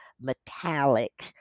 metallic